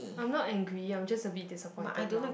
I'm not angry I'm just a bit disappointed now